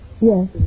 Yes